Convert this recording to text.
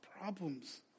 problems